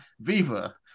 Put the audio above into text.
Viva